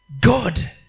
God